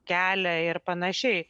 kelią ir panašiai